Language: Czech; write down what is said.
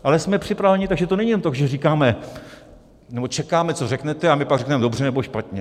Ale jsme připraveni, takže to není jen to, že říkáme nebo čekáme, co řeknete, a my pak řekneme dobře nebo špatně.